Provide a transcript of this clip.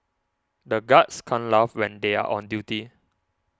the guards can't laugh when they are on duty